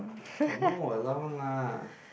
your mum will allow one lah